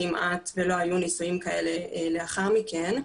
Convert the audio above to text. כמעט שלא היו נישואים כאלה לאחר מכן.